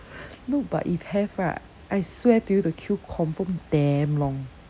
no but if have right I swear to you the queue confirm damn long